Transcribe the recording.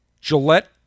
Gillette